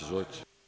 Izvolite.